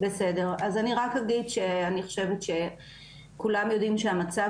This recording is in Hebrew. אז אני רק אגיד שאני חושבת שכולם יודעים שהמצב